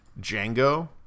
Django